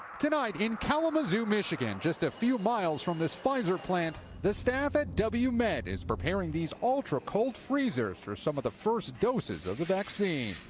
tonight in kalamazoo, michigan, just a few miles from this pfizer plant, the staff at w med is preparing the ultra cold freezers for some of the first doses of the vaccine.